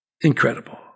Incredible